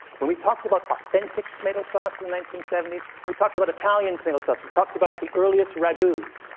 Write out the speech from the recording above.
when we talked about authentic tomato sauce in the nineteen seventy s, we talked about italian tomato sauce, we talked about the earliest ragus,